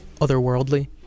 otherworldly